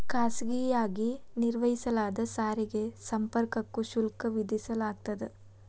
ಖಾಸಗಿಯಾಗಿ ನಿರ್ಮಿಸಲಾದ ಸಾರಿಗೆ ಸಂಪರ್ಕಕ್ಕೂ ಶುಲ್ಕ ವಿಧಿಸಲಾಗ್ತದ